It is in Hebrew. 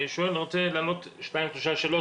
כדי שלא ירצו ללכת לשום שוק שחור,